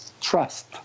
Trust